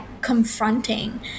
confronting